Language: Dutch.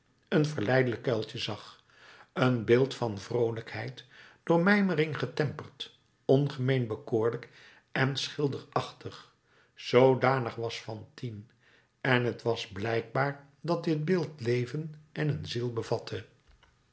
een verleidelijk kuiltje zag een beeld van vroolijkheid door mijmering getemperd ongemeen bekoorlijk en schilderachtig zoodanig was fantine en t was blijkbaar dat dit beeld leven en een ziel bevatte